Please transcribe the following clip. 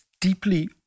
deeply